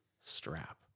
strap